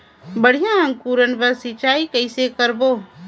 बढ़िया अंकुरण बर सिंचाई कइसे करबो?